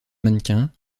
mannequin